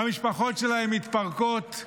המשפחות שלהם מתפרקות,